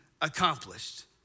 accomplished